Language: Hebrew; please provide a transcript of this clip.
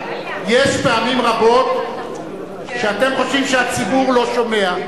יש פעמים רבות שאתם חושבים שהציבור לא שומע.